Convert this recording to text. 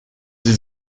sie